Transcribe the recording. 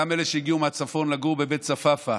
גם אלה שהגיעו מהצפון לגור בבית צפאפא,